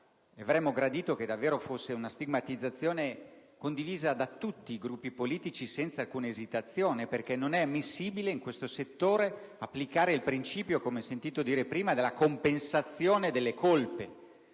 avremmo gradito che la stigmatizzazione fosse condivisa da tutti i Gruppi politici, senza alcuna esitazione, perché non è ammissibile in questo settore applicare il principio, come ho sentito dire poco fa, della compensazione delle colpe.